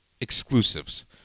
Exclusives